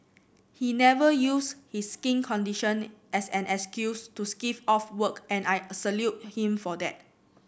he never used his skin condition as an excuse to skive off work and I salute him for that